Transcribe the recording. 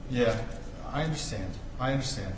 yeah i understand i understand